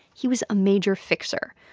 he was a major fixer.